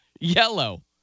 Yellow